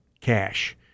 cash